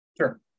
Sure